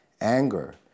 anger